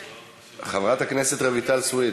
חברת הכנסת רויטל סויד,